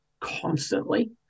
constantly